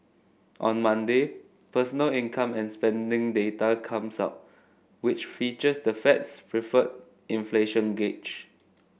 on Monday personal income and spending data comes up which features the Fed's preferred inflation gauge